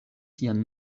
sian